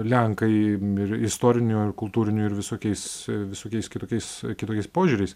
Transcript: lenkai ir istoriniu ir kultūriniu ir visokiais visokiais kitokiais kitokiais požiūriais